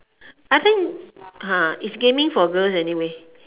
I think ah is gaming for girls anyway